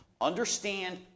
Understand